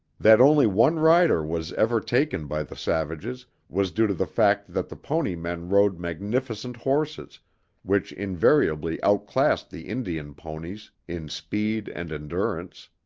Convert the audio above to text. that only one rider was ever taken by the savages was due to the fact that the pony men rode magnificent horses which invariably outclassed the indian ponies in speed and endurance.